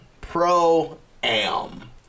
pro-am